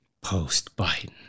Post-Biden